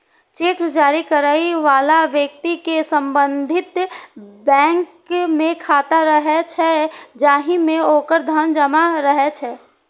cheque जारी करै बला व्यक्ति के संबंधित बैंक मे खाता रहै छै, जाहि मे ओकर धन जमा रहै छै